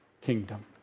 kingdom